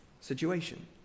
situation